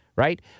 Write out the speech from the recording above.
Right